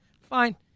Fine